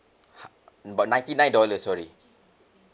hu~ about ninety nine dollars sorry